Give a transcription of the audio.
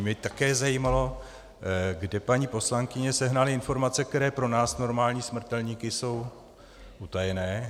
Mě by také zajímalo, kde paní poslankyně sehnala informace, které pro nás normální smrtelníky jsou utajené.